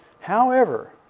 however,